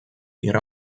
ihre